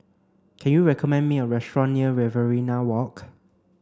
can you recommend me a restaurant near Riverina Walk